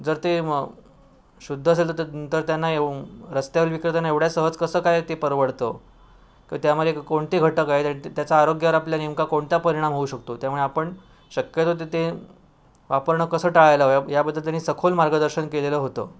जर ते मग शुद्ध असेल तर तर त्यांना एवम् रस्त्यावर विकत असताना एवढ्या सहज कसं काय ते परवडतं का त्यामध्ये कोणते घटक आहेत आणि त्याचा आरोग्यावर आपल्या नेमका कोणता परिणाम होऊ शकतो त्यामुळे आपण शक्यतो तिथे वापरणं कसं टाळायला हवं याब याबद्दल त्यांनी सखोल मार्गदर्शन केलेलं होतं